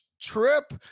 trip